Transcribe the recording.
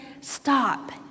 Stop